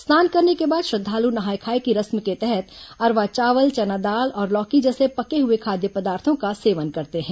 स्नान करने के बाद श्रद्वालु नहाय खाये की रस्म के तहत अरवा चावल चना दाल और लौकी जैसे पके हुए खाद्य पदार्थों का सेवन करते हैं